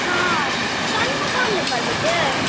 हँ कनियो कम नहि करबे ये